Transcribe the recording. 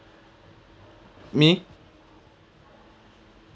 me